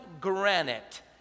granite